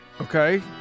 Okay